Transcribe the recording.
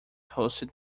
hosted